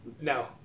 no